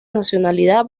nacionalidad